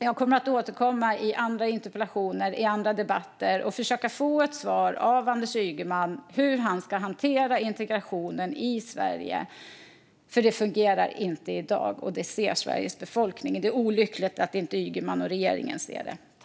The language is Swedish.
Jag kommer att återkomma i andra interpellationer och andra debatter och försöka få ett svar av Anders Ygeman på hur han ska hantera integrationen i Sverige. Det fungerar inte i dag, och det ser Sveriges befolkning. Det är olyckligt att inte Ygeman och regeringen ser det.